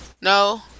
no